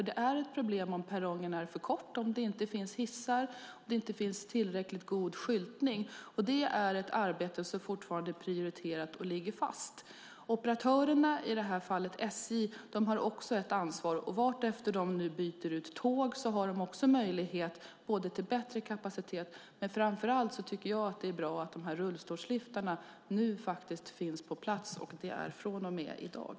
Det är ett problem om perrongerna är för korta, om det inte finns hissar och om det inte finns tillräckligt god skyltning. Det är ett arbete som fortfarande är prioriterat och ligger fast. Operatörerna, i det här fallet SJ, har också ett ansvar. Vartefter de nu byter ut tåg har de också möjlighet att skapa en bättre kapacitet. Jag tycker framför allt att det är bra att de här rullstolsliftarna nu finns på plats, och så är det från och med i dag.